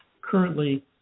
Currently